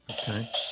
Okay